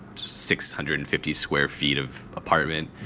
six hundred and fifty square feet of apartment.